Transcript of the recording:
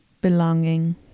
belonging